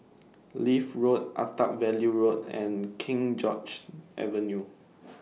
Leith Road Attap Valley Road and King George's Avenue